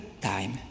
time